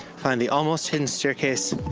find the almost-hidden staircase,